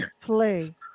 play